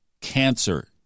Cancer